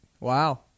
Wow